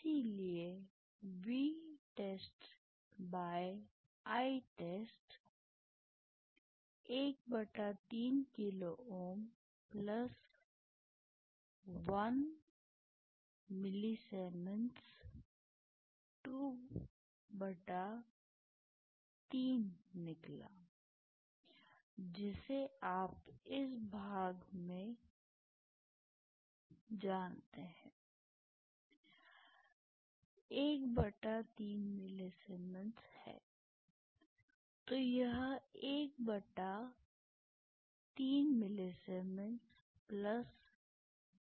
इसलिए VtestItest ⅓kilo Ω ⅔kiloΩ Millisiemens निकला जिसे आप इस भाग के बारे में जानते हैं 1 बटा 3 मिलीसीमेंस है